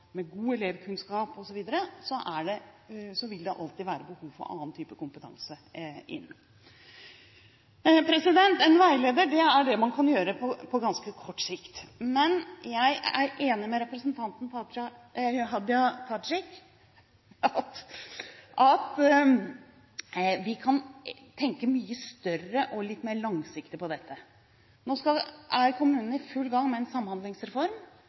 med god elevkunnskap osv., vil det alltid være behov for å få annen type kompetanse inn. En veileder er det man kan gjøre på ganske kort sikt, men jeg er enig med representanten Hadia Tajik i at vi kan tenke mye større og litt mer langsiktig på dette. Nå er kommunene i full gang med en samhandlingsreform.